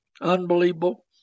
Unbelievable